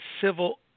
civil